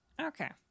Okay